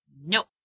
Nope